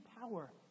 power